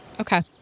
Okay